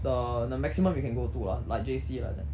the the maximum you can go to lah like J_C like that